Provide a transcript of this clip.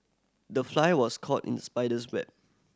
the fly was caught in spider's web